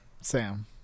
Sam